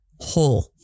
whole